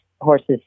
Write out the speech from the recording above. horse's